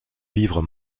vivre